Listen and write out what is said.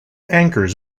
anchors